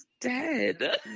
dead